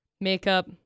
Makeup